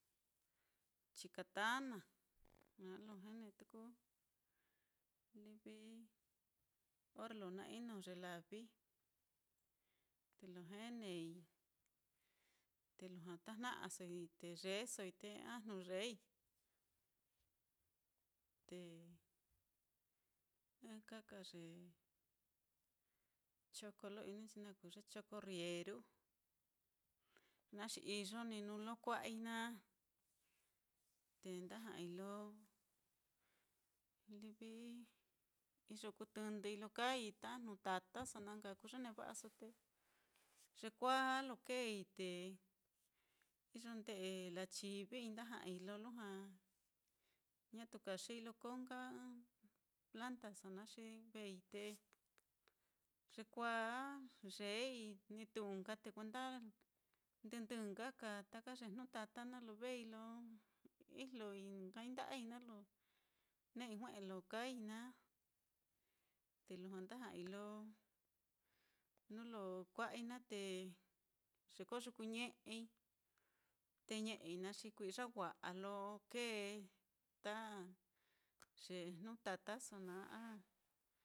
Chikatana, naá lo tuku livi orre lo na ino ye lavi, te lo, te lujua tajna'asoi te yeesoi, te ajnu yeei. Te ɨka ka ye choko lo ini nchi naá kuu ye rrieru, naá xi iyo ní nuu lo kua'a naá, te nda ja'ai lo livi lo iyo kuu tɨndɨi lo kaai ta jnu-tataso, na nka kuu ye neva'aso te yekuāā á, lo keei te iyo nde'e lachivii nda ja'ai lo lujua ñatu kaxii lo koo nka ɨ́ɨ́n plantaso naá, xi vei te yekuāā á, yeei, ni tūū nka te kuenda ndɨ ndɨ nka kaa ta ye jnu-tata naá, lo vei lo ijlo nkai nda'ai naá lo ne'ei jue'e lo kaai naá, te lujua nda ja'ai lo nuu lo kua'ai naá te yekoyuku ñe'ei, te ñe'ei naá, xi kui'ya wa'a lo kee ta ye'e jnu-tataso naá, a